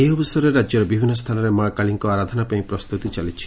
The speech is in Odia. ଏହି ଅବସରରେ ରାଜ୍ୟର ବିଭିନ୍ନ ସ୍ରାନରେ ମା କାଳୀଙ୍କ ଆରାଧନା ପାଇଁ ପ୍ରସ୍ତୁତି ଚାଲିଛି